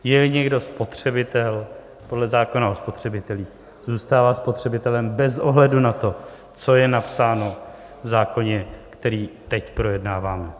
Jeli někdo spotřebitel podle zákona o spotřebitelích, zůstává spotřebitelem bez ohledu na to, co je napsáno v zákoně, který teď projednáváme.